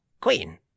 queen